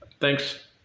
Thanks